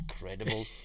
incredible